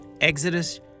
Exodus